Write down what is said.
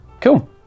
Cool